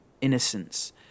innocence